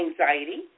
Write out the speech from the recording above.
anxiety